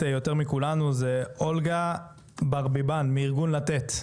יותר מכולנו זו אולגה ברברמן מארגון "לתת",